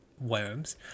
worms